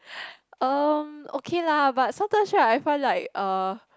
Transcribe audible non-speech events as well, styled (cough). (breath) um okay lah but sometimes right I find like uh